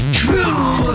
true